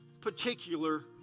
particular